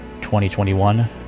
2021